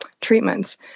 treatments